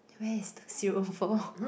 where is two zero four